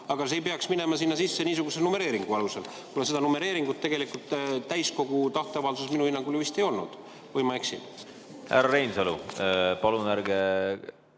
aga see ei peaks minema sinna sisse niisuguse numereeringu alusel, kuna seda numereeringut tegelikult täiskogu tahteavalduses minu hinnangul ei olnud. Või ma eksin? Härra Reinsalu! Palun ärge